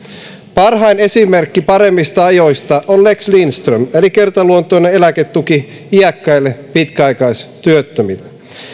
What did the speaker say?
parhain esimerkki paremmista ajoista on lex lindström eli kertaluontoinen eläketuki iäkkäille pitkäaikaistyöttömille